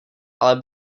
ale